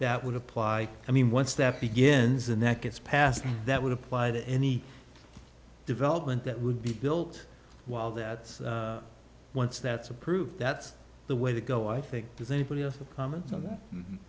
that would apply i mean once that begins and that gets passed that would apply to any development that would be built while that's once that's approved that's the way to go